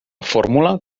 fórmula